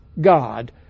God